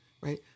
right